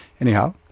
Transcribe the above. Anyhow